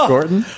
Gordon